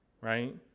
right